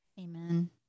Amen